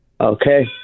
Okay